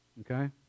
Okay